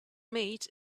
meat